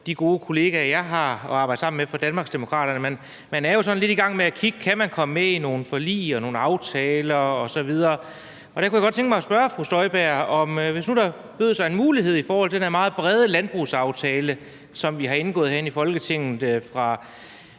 de gode kollegaer, jeg har arbejdet sammen med fra Danmarksdemokraterne, er lidt i gang med at se på, om man kan komme med i nogle forlig og nogle aftaler osv. Og der kunne jeg godt tænke mig at spørge fru Inger Støjberg: Hvis nu der bød sig en mulighed i forhold til den der meget brede landbrugsaftale, som vi har indgået herinde i Folketinget, fra